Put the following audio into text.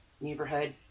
neighborhood